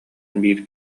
биир